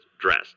dressed